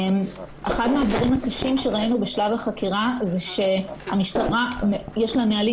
אחד מהדברים הקשים שראינו בשלב החקירה הוא שלמשטרה יש נהלים